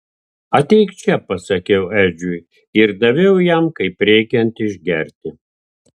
ateik čia pasakiau edžiui ir daviau jam kaip reikiant išgerti